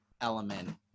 element